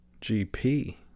GP